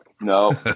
no